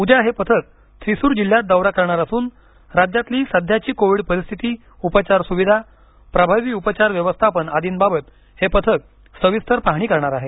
उद्या हे पथक थ्रीसूर जिल्ह्यात दौरा करणार असून राज्यातली सध्याची कोविड परिस्थिती उपचार सुविधा प्रभावी उपचार व्यवस्थापन आदींबाबत हे पथक सविस्तर पाहणी करणार आहे